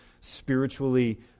spiritually